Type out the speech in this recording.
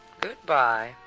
Goodbye